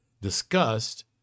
discussed